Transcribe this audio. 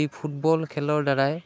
এই ফুটবল খেলৰ দ্বাৰাই